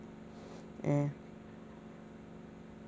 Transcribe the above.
ya